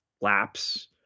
lapse